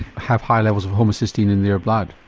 have high levels of homocysteine in their blood?